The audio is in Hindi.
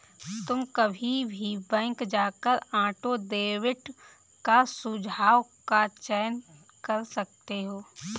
तुम कभी भी बैंक जाकर ऑटो डेबिट का सुझाव का चयन कर सकते हो